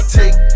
take